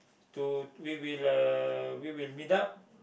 to we will uh we will meet up